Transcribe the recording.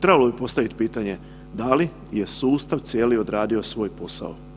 trebalo bi postaviti pitanje, da li je sustav cijeli odradio svoj posao.